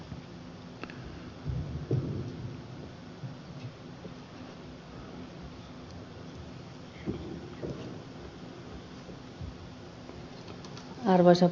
arvoisa puhemies